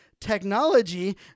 Technology